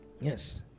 Yes